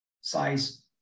size